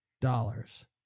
dollars